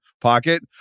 pocket